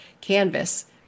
canvas